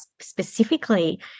specifically